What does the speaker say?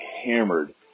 hammered